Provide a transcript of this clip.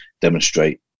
demonstrate